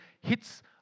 hits